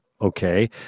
okay